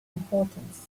importance